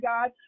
God